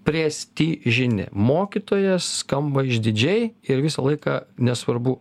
prestižinė mokytojas skamba išdidžiai ir visą laiką nesvarbu